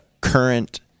current